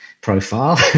profile